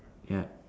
ya